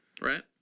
right